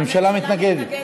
הממשלה מתנגדת.